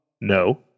No